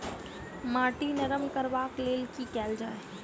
माटि नरम करबाक लेल की केल जाय?